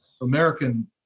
American